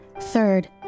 Third